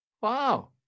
Wow